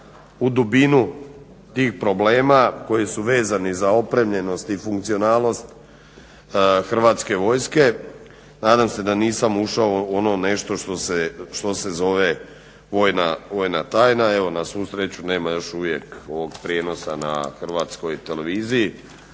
u dubinu tih problema koji su vezani uz opremljenost i funkcionalnost Hrvatske vojske. Nadam se da nisam ušao u ono nešto što se zove vojna tajna. Evo, na svu sreću nema još uvijek ovog prijenosa na Hrvatskoj televiziji.